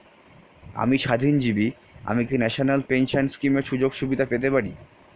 আমি স্বাধীনজীবী আমি কি ন্যাশনাল পেনশন স্কিমের সুযোগ সুবিধা পেতে পারি?